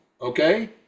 okay